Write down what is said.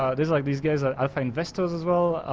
ah there's like these guys, i i find investors as well.